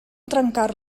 trencar